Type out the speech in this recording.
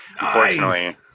Unfortunately